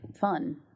fun